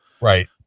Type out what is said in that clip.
Right